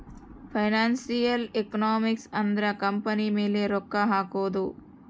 financial economics ಅಂದ್ರ company ಮೇಲೆ ರೊಕ್ಕ ಹಕೋದು